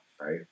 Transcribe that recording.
right